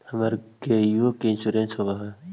हमर गेयो के इंश्योरेंस होव है?